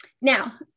Now